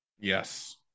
Yes